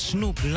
Snoop